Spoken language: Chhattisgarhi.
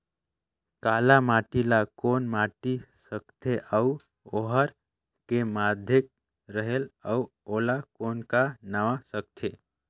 काला माटी ला कौन माटी सकथे अउ ओहार के माधेक रेहेल अउ ओला कौन का नाव सकथे?